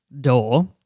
door